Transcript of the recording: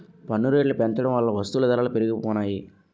పన్ను రేట్లు పెంచడం వల్ల వస్తువుల ధరలు పెరిగిపోనాయి